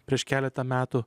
prieš keletą metų